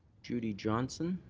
judy johnson.